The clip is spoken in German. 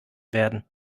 werden